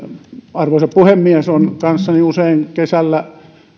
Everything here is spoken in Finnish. arvoisa puhemies on kanssani usein kesällä